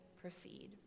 proceed